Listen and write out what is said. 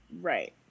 right